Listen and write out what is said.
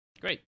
Great